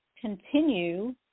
continue